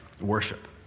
worship